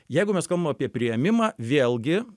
jeigu mes kalbam apie priėmimą vėlgi